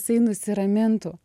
jisai nusiramintų